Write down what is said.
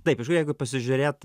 taip jeigu pasižiūrėt